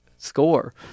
Score